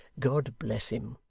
god bless him